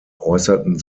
äußerten